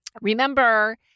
Remember